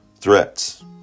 threats